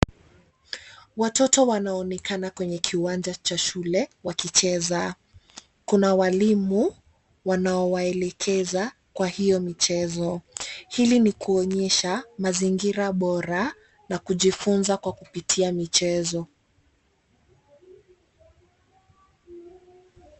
Watoto wanaonekana kwenye kiwanja cha shule wakicheza. Kuna walimu wanaowaelekeza kwa hiyo michezo. Hii ni kuonyesha mazingira bora na kujifunza Kwa kupitia michezo.